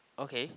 okay